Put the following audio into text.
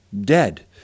dead